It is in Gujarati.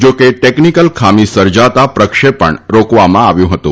જાકે ટેકનીકલ ખામી સર્જાતા પ્રક્ષેપણ રોકવામાં આવ્યું હતું